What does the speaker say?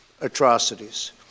atrocities